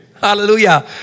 Hallelujah